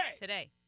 Today